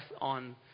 on